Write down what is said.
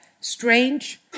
strange